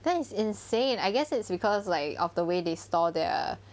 that is insane I guess it's because like of the way they store their